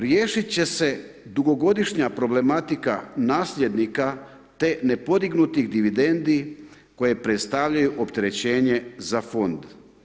Riješiti će dugogodišnja problematika nasljednika te nepodignutih dividendi koje predstavljaju opterećenje za fond.